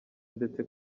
ndetse